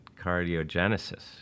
cardiogenesis